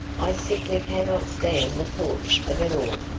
i simply cannot stand the thoughts of it all,